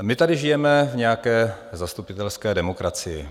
My tady žijeme v nějaké zastupitelské demokracii.